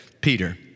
Peter